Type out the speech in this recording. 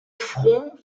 front